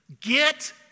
Get